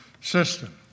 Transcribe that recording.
system